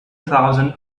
thousand